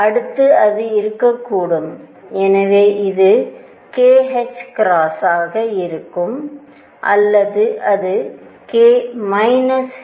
அடுத்து அது இருக்கக்கூடும் எனவே இது kℏ ஆக இருக்கும் அல்லது அது k ஆக இருக்கும